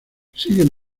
siguen